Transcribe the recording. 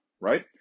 right